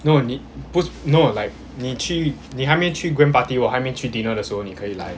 no 你不 no like 你去你还没去 grand party 我还没去 dinner 的时候你可以来